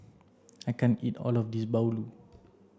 I can't eat all of this Bahulu